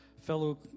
fellow